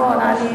האלה.